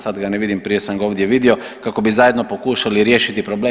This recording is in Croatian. Sad ga ne vidim, prije sam ga ovdje vidio kako bi zajedno pokušali riješiti problem.